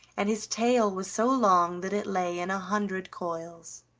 and his tail was so long that it lay in a hundred coils.